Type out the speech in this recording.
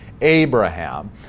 Abraham